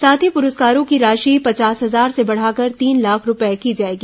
साथ ही पुरस्कारों की राशि पचास हजार से बढ़ाकर तीन लाख रूपये की जाएगी